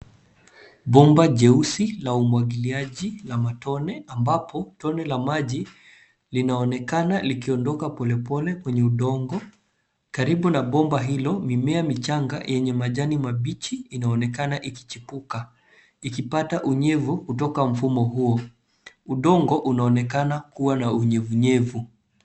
Bomba jeusi la umwagiliaji la matone ambapo toone la maji linaonekana likiondoka pole pole kwenye udongo karibu na bomba hilo. Mimea michanga yenye majani mabichi inaonekana ikichipuka ikipata unyevu kutoka mfumo huo. Udongo unaonekana ku na unyevunyevu.